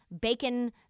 bacon